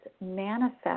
manifest